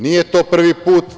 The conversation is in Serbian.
Nije to prvi put.